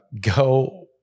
Go